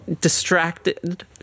distracted